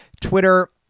Twitter